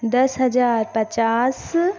दस हज़ार पचास